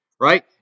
Right